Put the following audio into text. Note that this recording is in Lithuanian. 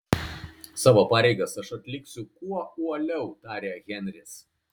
savo pareigas aš atliksiu kuo uoliau tarė henris